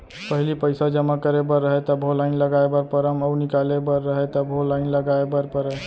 पहिली पइसा जमा करे बर रहय तभो लाइन लगाय बर परम अउ निकाले बर रहय तभो लाइन लगाय बर परय